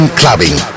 clubbing